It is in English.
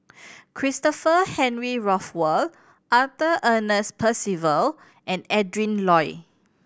Christopher Henry Rothwell Arthur Ernest Percival and Adrin Loi